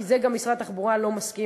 כי זה גם משרד התחבורה לא מסכים,